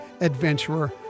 adventurer